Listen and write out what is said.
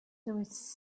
tourists